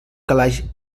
calaix